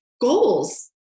goals